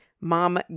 mom